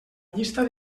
llista